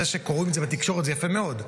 זה שקוראים את זה בתקשורת, זה יפה מאוד.